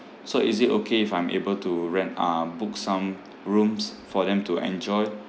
so is it okay if I'm able to rent uh book some rooms for them to enjoy